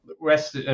rest